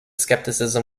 scepticism